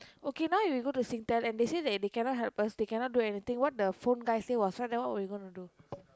okay now you go to Singtel and they say that they cannot help us they cannot do anything what the phone guy said was right then what you gonna do